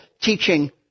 teaching